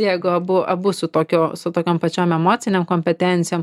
jeigu abu abu su tokio su tokiom pačiom emocinėm kompetencijom